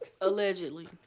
Allegedly